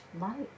life